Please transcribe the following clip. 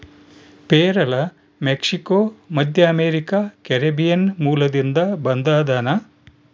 ಪೇರಲ ಮೆಕ್ಸಿಕೋ, ಮಧ್ಯಅಮೇರಿಕಾ, ಕೆರೀಬಿಯನ್ ಮೂಲದಿಂದ ಬಂದದನಾ